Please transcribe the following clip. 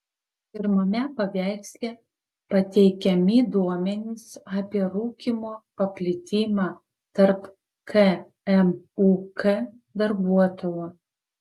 pirmame paveiksle pateikiami duomenys apie rūkymo paplitimą tarp kmuk darbuotojų